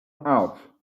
out